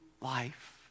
life